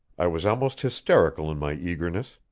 i was almost hysterical in my eagerness.